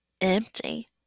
empty